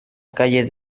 calle